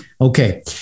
Okay